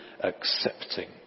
accepting